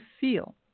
feel